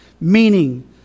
meaning